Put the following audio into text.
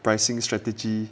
pricing strategy